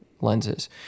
lenses